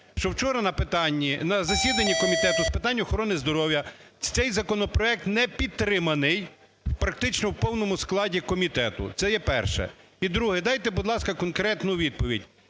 вчора на засіданні Комітету з питань охорони здоров'я цей законопроект не підтриманий практично в повному складі комітету. Це є перше. І друге. Дайте, будь ласка, конкретну відповідь: